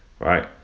Right